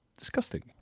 disgusting